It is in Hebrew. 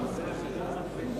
התש"ע 2010, נתקבל.